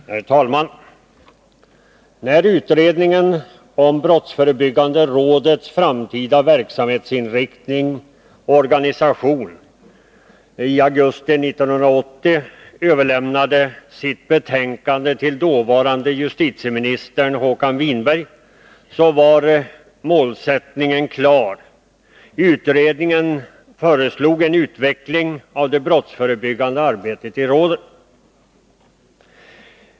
Herr talman! När utredningen om brottsförebyggande rådets framtida verksamhetsinriktning och organisation i augusti 1980 överlämnade sitt betänkande till dåvarande justitieministern Håkan Winberg var målsättningen klar: man ville utveckla det brottsförebyggande arbetet i rådet.